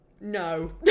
No